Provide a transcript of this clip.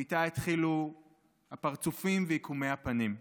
ואיתה התחילו הפרצופים ועיקומי הפנים.